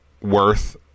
worth